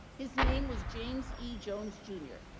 his name was james e jones jr.